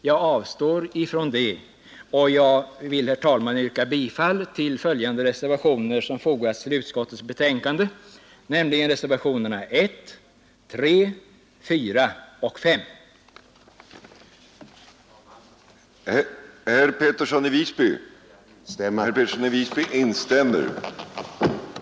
Jag avstår från det och vill, herr talman, yrka bifall till följande reservationer som fogats till utskottsbetänkandet, nämligen reservationerna 1, 3, 4 och 5.